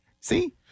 See